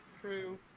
True